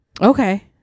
Okay